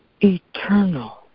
eternal